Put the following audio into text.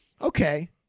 okay